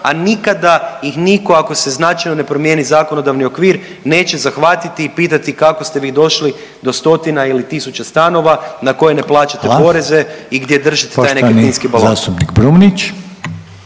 a nikada ih nitko ako se značajno ne promijeni zakonodavni okvir neće zahvatiti i pitati kako ste vi došli do stotina ili tisuća stanova na koje ne plaćate poreze i gdje držite taj nekretninski balon.